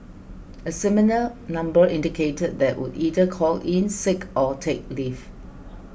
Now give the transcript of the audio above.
a similar number indicated that would either call in sick or take leave